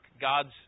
God's